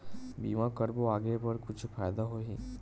बीमा करबो आगे बर कुछु फ़ायदा होही?